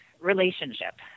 relationship